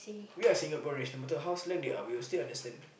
we are Singaporeans no matter how slang they are we will still understand